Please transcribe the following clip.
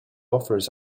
offers